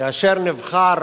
כאשר נבחר